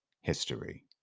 history